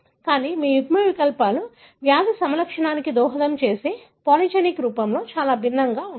కానీ మీ యుగ్మవికల్పాలు వ్యాధి సమలక్షణానికి దోహదం చేసే పాలిజెనిక్ రూపంలో ఇది చాలా భిన్నంగా ఉంటుంది